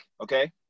okay